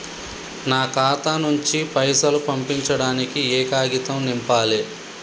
నా ఖాతా నుంచి పైసలు పంపించడానికి ఏ కాగితం నింపాలే?